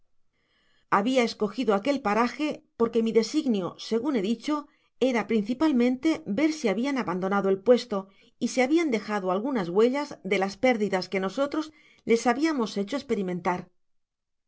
habia escogido aquel paraje porque mi designio segun he dicho era principalmente ver si habian abandonado el puesto y si habian dejado algunas huellas de las pérdidas que nosotros les habiamos hecho